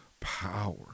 power